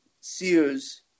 Sears